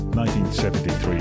1973